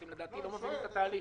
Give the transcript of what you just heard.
לדעתי אתם לא מבינים את התהליך.